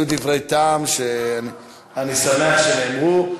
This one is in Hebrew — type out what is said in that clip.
שהיו דברי טעם שאני שמח שנאמרו.